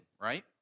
right